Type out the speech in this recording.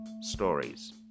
stories